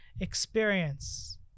experience